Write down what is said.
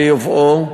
לייבאו,